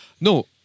no